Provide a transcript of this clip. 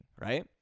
Right